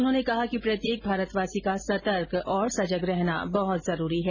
उन्होंने कहा कि प्रत्येक भारतवासी का सतर्क और सजग रहना बहत जरूरी है